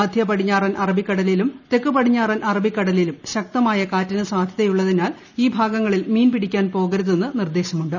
മധ്യ പടിഞ്ഞാറൻ അറബിക്കടലിലും തെക്ക് പടിഞ്ഞാറൻ അറബിക്കടലിലും ശക്തമായ കാറ്റിന് സാധൃതയുള്ളതിനാൽ ഈ ഭാഗങ്ങളിൽ മീൻ പിടിക്കാൻ പോകരുതെന്ന് നിർദ്ദേശമുണ്ട്